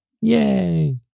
Yay